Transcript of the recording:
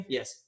Yes